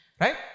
Right